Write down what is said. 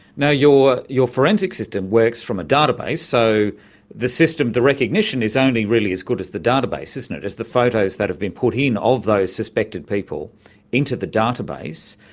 your your forensics system works from a database, so the system, the recognition is only really as good as the database, isn't it, it as the photos that have been put in of those suspected people into the database.